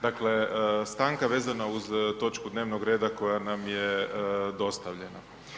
Dakle, stanka vezana uz točku dnevnog reda koja nam je dostavljena.